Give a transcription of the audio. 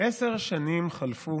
עשר שנים חלפו